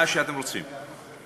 מה שאתם רוצים.